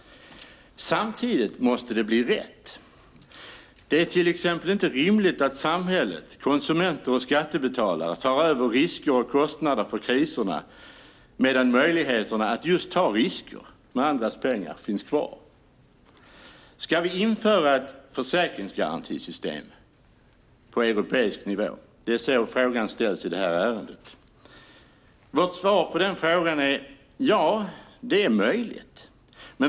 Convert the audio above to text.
Samtidigt måste det bli rätt. Det är till exempel inte rimligt att samhället, konsumenter och skattebetalare, tar över risker och kostnader för kriserna medan möjligheterna att just ta risker med andras pengar finns kvar. Ska vi införa ett försäkringsgarantisystem på europeisk nivå? Det är så frågan ställs i detta ärende. Vårt svar på den frågan är att ja, det är möjligt.